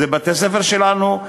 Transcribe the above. אלה בתי-ספר שלנו,